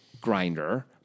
grinder